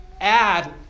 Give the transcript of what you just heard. add